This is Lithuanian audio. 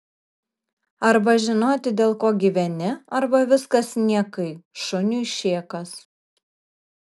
arba žinoti dėl ko gyveni arba viskas niekai šuniui šėkas